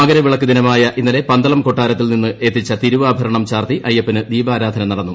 മകരവിളക്ക് ദിനമായ ഇന്നലെ പ്രൂന്തളം കൊട്ടാരത്തിൽ നിന്ന് എത്തിച്ചു തിരുവാഭരണം ചാർത്തി അയ്യപ്പന് ദീപാരാധന നടന്നു